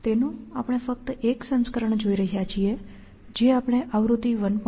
તેનું આપણે ફક્ત એક સરળ સંસ્કરણ જોઈ રહ્યા છીએ જે આપણે આવૃત્તિ 1